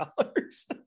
dollars